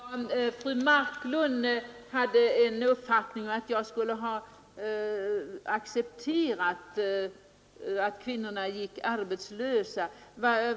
Fru talman! Fru Marklund hade den uppfattningen att jag skulle ha accepterat att kvinnorna gick arbetslösa.